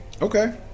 okay